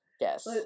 yes